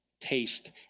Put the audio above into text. Taste